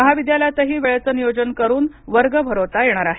महाविद्यालयातही वेळेचं नियोजन करून वर्ग भरवता येणार आहेत